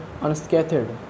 unscathed